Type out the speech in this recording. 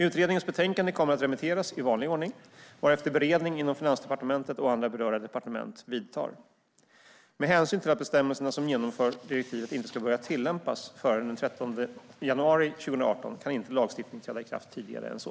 Utredningens betänkande kommer att remitteras i vanlig ordning, varefter beredning inom Finansdepartementet och andra berörda departement vidtar. Med hänsyn till att bestämmelserna som innebär ett genomförande av direktivet inte ska börja tillämpas förrän den 13 januari 2018 kan inte lagstiftningen träda i kraft tidigare än så.